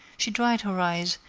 she dried her eyes,